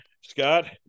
Scott